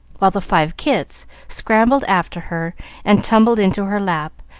while the five kits scrambled after her and tumbled into her lap,